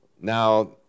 Now